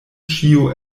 ĉio